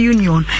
Union